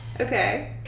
Okay